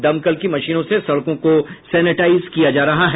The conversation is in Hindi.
दमकल की मशीनों से सड़कों को सेनेटाइज किया जा रहा है